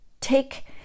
take